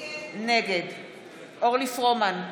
נגד אורלי פרומן,